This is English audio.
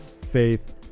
faith